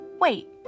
wait